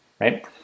right